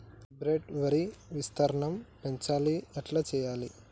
Hybrid వరి విస్తీర్ణం పెంచాలి ఎట్ల చెయ్యాలి?